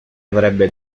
avrebbe